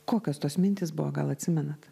kokios tos mintys buvo gal atsimenat